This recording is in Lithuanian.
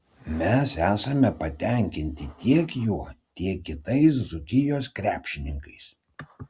mes esame patenkinti tiek juo tiek kitais dzūkijos krepšininkais